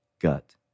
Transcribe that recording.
gut